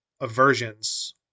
aversions